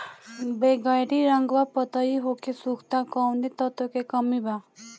बैगरी रंगवा पतयी होके सुखता कौवने तत्व के कमी बा?